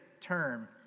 term